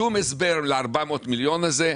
שום הסבר ל-400 המיליון האלה.